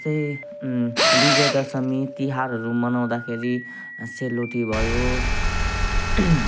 जस्तै विजयादशमी तिहारहरू मनाउँदाखेरि सेलरोटी भयो